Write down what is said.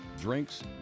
drinks